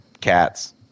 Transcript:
Cats